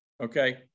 Okay